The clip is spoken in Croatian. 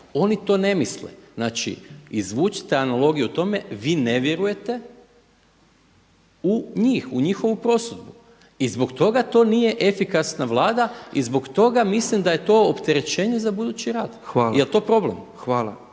Oni to ne misle. Znači, izvucite analogiju tome, vi ne vjerujete u njih, u njihovu prosudbu i zbog toga to nije efikasna Vlada i zbog toga mislim da je to opterećenje za budući rad. Je li to problem?